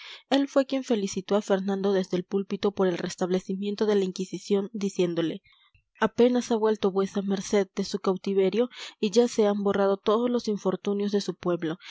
él fue quien felicitó a fernando desde el púlpito por el restablecimiento de la inquisición diciéndole apenas ha vuelto v m de su cautiverio y ya se han borrado todos los infortunios de su pueblo